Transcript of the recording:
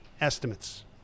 estimates